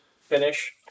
finish